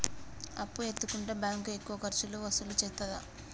అప్పు ఎత్తుకుంటే బ్యాంకు ఎక్కువ ఖర్చులు వసూలు చేత్తదా?